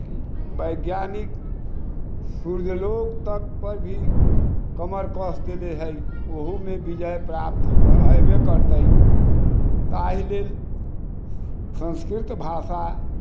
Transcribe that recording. वैज्ञानिक सूर्यलोक तक पर भी कमर कस देलै है ओहोमे विजय प्राप्त हेबै करतै ताहि लेल संस्कृत भाषा